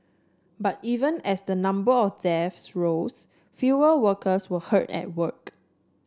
but even as the number of deaths rose fewer workers were hurt at work